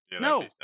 No